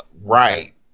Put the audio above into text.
Right